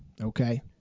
okay